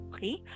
Okay